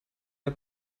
der